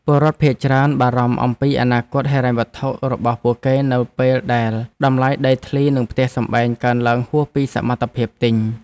ពលរដ្ឋភាគច្រើនបារម្ភអំពីអនាគតហិរញ្ញវត្ថុរបស់ពួកគេនៅពេលដែលតម្លៃដីធ្លីនិងផ្ទះសម្បែងកើនឡើងហួសពីសមត្ថភាពទិញ។